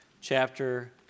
chapter